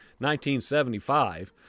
1975